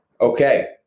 Okay